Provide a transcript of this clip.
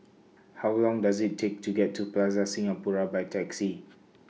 How Long Does IT Take to get to Plaza Singapura By Taxi